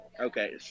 Okay